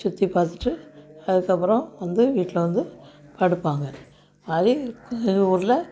சுற்றி பார்த்துட்டு அதுக்கு அப்புறம் வந்து வீட்டில் வந்து படுப்பாங்க மாதிரி எங்கள் ஊரில்